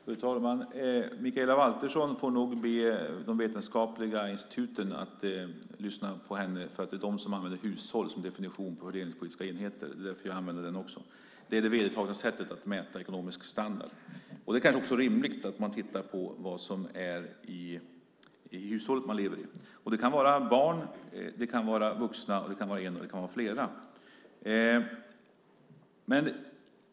Fru talman! Mikaela Valtersson får nog be de vetenskapliga instituten att lyssna på henne, för det är de som använder hushåll som definition på fördelningspolitisk enhet. Det är därför även jag använder det. Det är det vedertagna sättet att mäta ekonomisk standard. Det kanske också är rimligt att titta på vad hushållet som man lever i omfattar. Det kan vara barn, det kan vara vuxna, och det kan vara en eller flera.